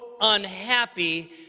unhappy